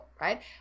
Right